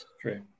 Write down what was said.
True